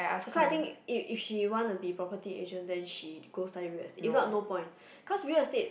that's why I think if if she wanna be property agent then she go study real estate if not no point cause real estate